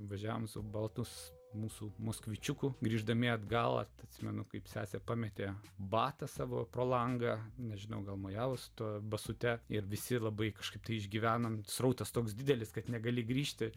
važiavom su baltu mūsų moskvičiuku grįždami atgal atsimenu kaip sesė pametė batą savo pro langą nežinau gal mojavo su basutę ir visi labai kažkaip išgyvenome srautas toks didelis kad negali grįžti